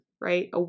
right